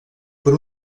per